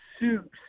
soups